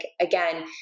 again